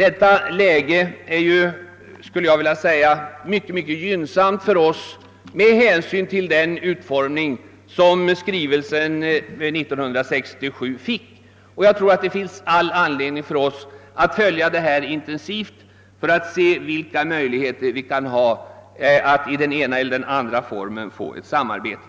Jag skulle med hänsyn till den utformning som skrivelsen 1967 fick vilja beteckna läget som mycket Synnsamt för oss. Jag tror att det finns all anledning för oss att följa denna fråga intensivt för att vara på det klara med vilka möjligheter vi kan ha att i den ena eller den andra formen få